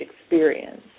experience